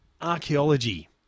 Archaeology